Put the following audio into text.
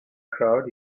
crowd